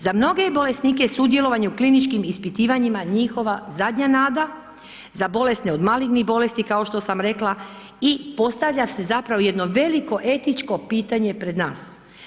Za mnoge je bolesnike sudjelovanje u kliničkim ispitivanjima njihova zadnja nada, za bolesne od malignih bolesti kao što sam rekla i postavlja se zapravo jedno veliko etičko pitanje pred nas.